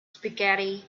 spaghetti